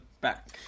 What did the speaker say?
back